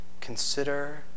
consider